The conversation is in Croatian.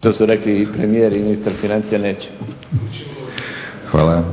To su rekli premijer i ministar. **Batinić, Milorad (HNS)** Hvala.